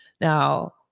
Now